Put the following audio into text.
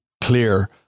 clear